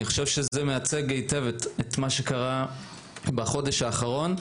אני חושב שזה מייצג היטב את מה שקרה בחודש האחרון.